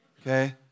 Okay